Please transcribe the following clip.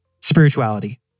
Spirituality